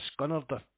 scunnered